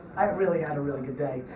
i really had a really good day.